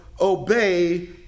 obey